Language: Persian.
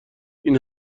این